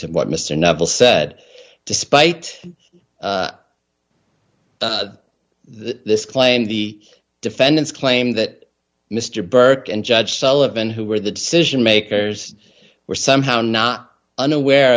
what mr neville said despite this claim the defendant's claim that mr burke and judge sullivan who were the decision makers were somehow not unaware